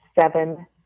seven